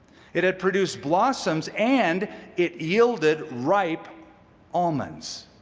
it had produced blossoms and it yielded ripe almonds.